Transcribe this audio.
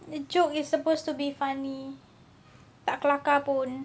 the joke is supposed to be funny tak kelakar pun